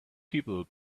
people